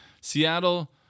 Seattle